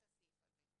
בפעוטות.